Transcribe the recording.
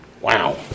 Wow